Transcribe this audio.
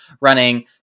running